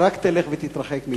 רק תלך ותתרחק מאתנו.